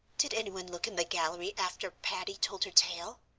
did anyone look in the gallery after patty told her tale?